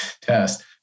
test